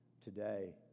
Today